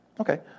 Okay